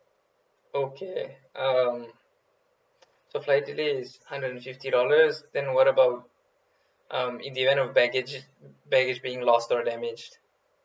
okay um so flight delay is hundred and fifty dollars then what about um in the event of baggage baggage being lost or damaged